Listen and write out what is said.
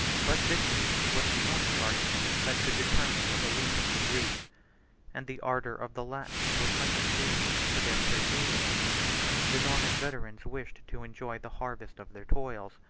but victory was the only argument that could determine the belief of the greeks and the ardor of the latins was much inferior to their credulity the norman veterans wished to enjoy the harvest of their toils,